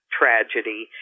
tragedy